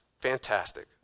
Fantastic